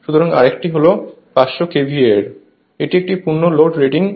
সুতরাং আরেকটি হল 500 KVA এর এটি একটি পূর্ণ লোড রেটিং